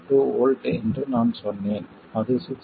72 V என்று நான் சொன்னேன் அது 6